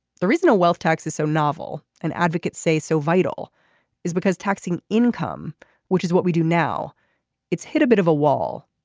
there is no wealth tax is so novel and advocates say so vital is because taxing income which is what we do now it's hit a bit of a wall.